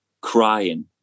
crying